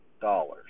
dollars